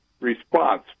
response